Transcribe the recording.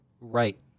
right